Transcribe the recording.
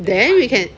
then we can